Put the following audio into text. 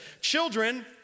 Children